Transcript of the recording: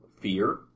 fear